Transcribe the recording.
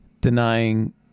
denying